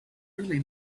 really